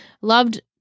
Loved